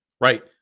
right